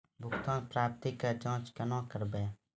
भुगतान प्राप्ति के जाँच कूना करवै?